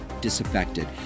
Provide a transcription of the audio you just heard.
disaffected